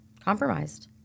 Compromised